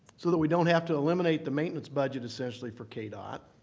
so that we don't have to eliminate the maintenance budget, essentially, for kdot.